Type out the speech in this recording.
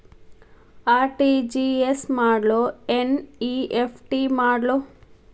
RTGS ಮಾಡ್ಲೊ NEFT ಮಾಡ್ಲೊ?